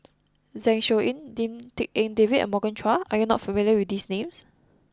Zeng Shouyin Lim Tik En David and Morgan Chua are you not familiar with these names